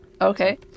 Okay